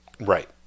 Right